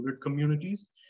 communities